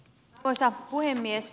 arvoisa puhemies